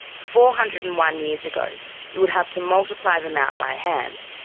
four hundred and one years ago you would have to multiply them out by hand,